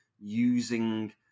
Using